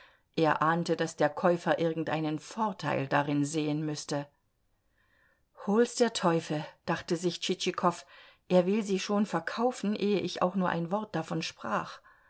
er ahnte daß der käufer irgendeinen vorteil darin sehen müßte hol's der teufel dachte sich tschitschikow er will sie schon verkaufen ehe ich auch nur ein wort davon sprach